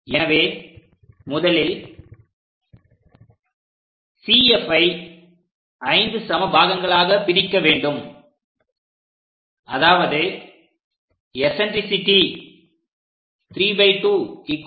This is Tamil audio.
எனவே முதலில் CFஐ 5 சம பாகங்களாக பிரிக்க வேண்டும் அதாவது எஸன்டர்சிட்டி 32 1